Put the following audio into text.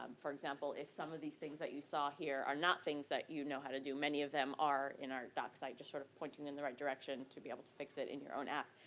um for example, if some of these things that you saw here are not things that you know how to do, many of them are in our doc site. just sort of pointing in the right direction to be able to fix it in your own app.